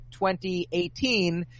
2018